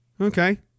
Okay